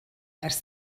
ers